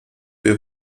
wer